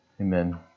Amen